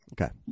okay